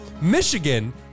Michigan